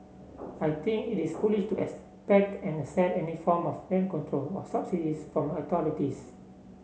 I think it is foolish to expect and accept any form of rent control or subsidies from authorities